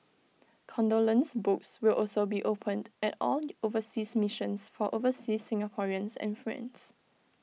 condolence books will also be opened at all overseas missions for overseas Singaporeans and friends